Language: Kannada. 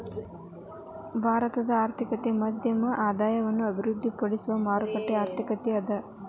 ಭಾರತದ ಆರ್ಥಿಕತೆ ಮಧ್ಯಮ ಆದಾಯವನ್ನ ಅಭಿವೃದ್ಧಿಪಡಿಸುವ ಮಾರುಕಟ್ಟೆ ಆರ್ಥಿಕತೆ ಅದ